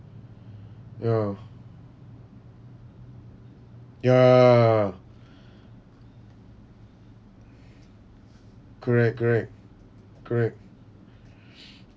ya ya correct correct correct